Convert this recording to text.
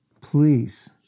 Please